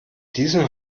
diesem